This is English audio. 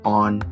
on